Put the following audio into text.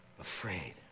afraid